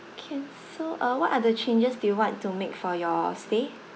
can so uh what are the changes do you want to make for your stay